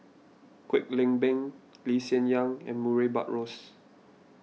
Kwek Leng Beng Lee Hsien Yang and Murray Buttrose